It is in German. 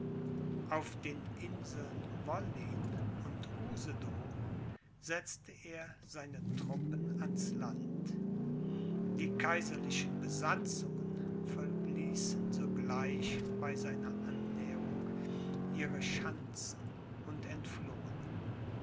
auf den inseln wollin und usedom setzte er seine truppen ans land die kaiserlichen besatzungen verließen sogleich bei seiner annäherung ihre schanzen und entflohen